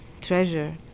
Treasure